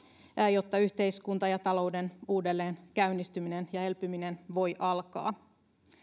jotta yhteiskunnan ja talouden uudelleen käynnistyminen ja elpyminen voivat alkaa